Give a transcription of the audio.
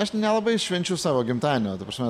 aš nelabai švenčiu savo gimtadienio ta prasme